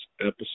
episode